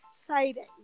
exciting